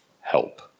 help